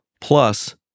Plus